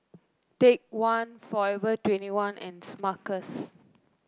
Take One Forever Twenty one and Smuckers